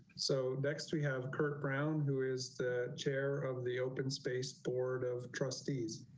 so next we have kirk brown, who is the chair of the open space board of trustees.